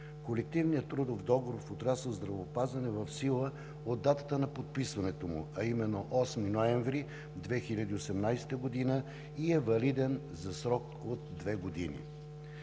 Колективният трудов договор в отрасъл „Здравеопазване“ е в сила от датата на подписването му, а именно – 8 ноември 2018 г., и е валиден за срок от две години.